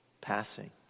passing